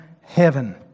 heaven